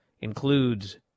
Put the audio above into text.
includes